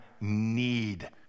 need